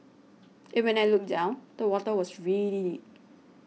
and when I looked down the water was really deep